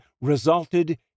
resulted